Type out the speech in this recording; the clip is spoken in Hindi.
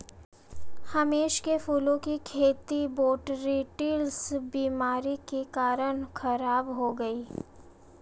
महेश के फूलों की खेती बोटरीटिस बीमारी के कारण खराब हो गई